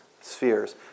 spheres